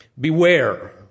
Beware